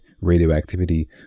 radioactivity